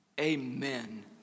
Amen